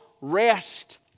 rest